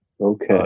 okay